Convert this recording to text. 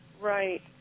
Right